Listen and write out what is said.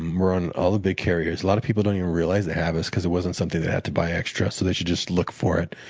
and we're on all the big carriers. a lot of people don't even realize they have us because it wasn't something they had to buy extra, so they should just look for it.